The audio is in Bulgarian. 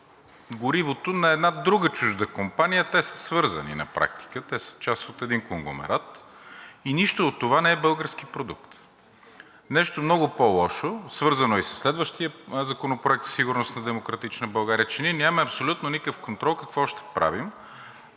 горивото на една друга чужда компания, а те са свързани на практика. Те са част от един конгломерат и нищо от това не е български продукт. Нещо много по-лошо, свързано е и със следващия Законопроект със сигурност на „Демократична България“ – че ние нямаме абсолютно никакъв контрол какво ще правим,